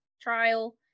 trial